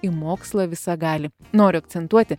į mokslą visagalį noriu akcentuoti